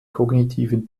kognitiven